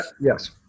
yes